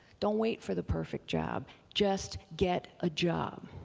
don't wait for the perfect job, just get a job.